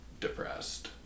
depressed